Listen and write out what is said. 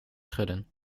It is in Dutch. schudden